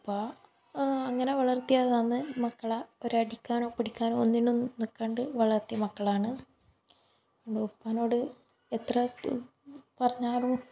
ഉപ്പാ അങ്ങനെ വളർത്തിയതാന്ന് മക്കളെ ഒരടിക്കാനോ പിടിക്കാനോ ഒന്നിനും നിൽക്കാണ്ട് വളർത്തിയ മക്കളാണ് അതുകൊണ്ട് ഉപ്പാനോട് എത്ര പറഞ്ഞാലും